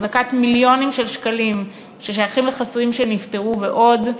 החזקת מיליונים של שקלים ששייכים לחסויים שנפטרו ועוד.